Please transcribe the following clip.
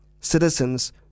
citizens